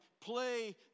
play